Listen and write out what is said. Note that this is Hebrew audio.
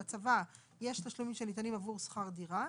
בצבא יש תשלומים שניתנים עבור שכר דירה.